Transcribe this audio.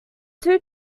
two